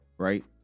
right